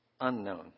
unknown